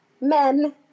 men